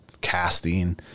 casting